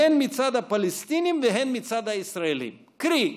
הן מצד הפלסטינים והן מצד הישראלים, קרי,